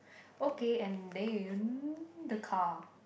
okay and then the car